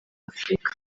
afurika